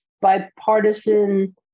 bipartisan